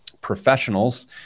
professionals